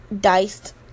diced